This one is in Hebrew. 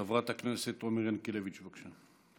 חברת הכנסת עומר ינקלביץ', בבקשה.